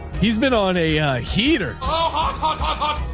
he's been on ai heater, ah